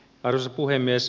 arvoisa puhemies